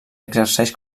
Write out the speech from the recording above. exerceix